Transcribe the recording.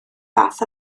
fath